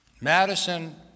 Madison